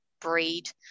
breed